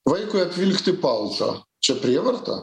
vaikui apvilkti paltą čia prievarta